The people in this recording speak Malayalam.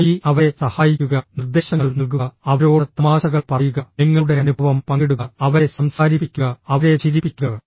പോയി അവരെ സഹായിക്കുക നിർദ്ദേശങ്ങൾ നൽകുക അവരോട് തമാശകൾ പറയുക നിങ്ങളുടെ അനുഭവം പങ്കിടുക അവരെ സംസാരിപ്പിക്കുക അവരെ ചിരിപ്പിക്കുക